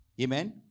Amen